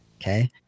Okay